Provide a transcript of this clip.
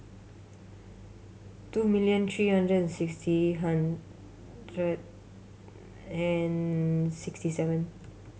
two million three hundred and sixty hundred and sixty seven